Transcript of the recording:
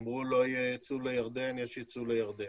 אמרו לא יהיה יצוא לירדן, יש יצוא לירדן.